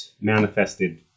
manifested